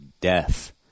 death